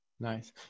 Nice